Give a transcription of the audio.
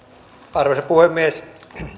arvoisa puhemies